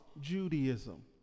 Judaism